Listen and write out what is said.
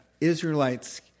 Israelites